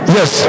Yes